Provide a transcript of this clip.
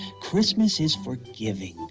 christmas is for giving!